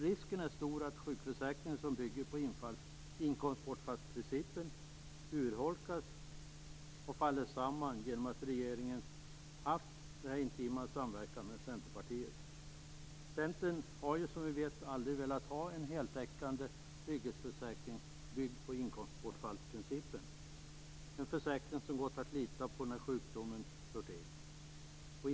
Risken är stor att sjukförsäkringen, som bygger på inkomstbortfallsprincipen, urholkas och faller samman genom att regeringen har haft denna intima samverkan med Centerpartiet. Centern har som vi vet aldrig velat ha en heltäckande trygghetsförsäkring byggd på inkomstbortfallsprincipen; en försäkring som gått att lita på när sjukdomen slår till.